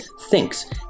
thinks